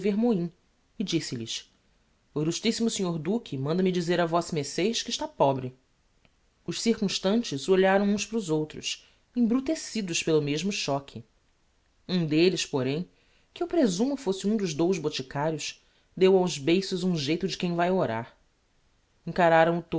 vermoim e disse-lhes o ill mo snr duque manda-me dizer a vossemecês que está pobre os circumstautes olharam uns para os outros embrutecidos pelo mesmo choque um d'elles porém que eu presumo fosse um dos dous boticarios deu aos beiços um geito de quem vai orar encararam o